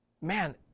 Man